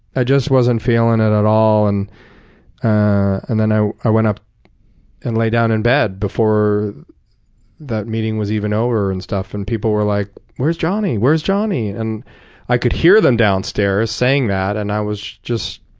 i just wasn't feeling it at all. and and then i i went up and laid down in bed before that meeting was even over and stuff. and people were like, where's johnny? where's johnny? and i could hear them downstairs saying that, and i was just